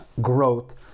growth